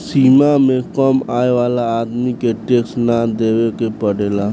सीमा से कम आय वाला आदमी के टैक्स ना देवेके पड़ेला